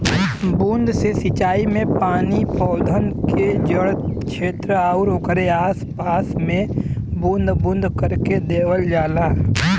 बूंद से सिंचाई में पानी पौधन के जड़ छेत्र आउर ओकरे आस पास में बूंद बूंद करके देवल जाला